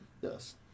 Yes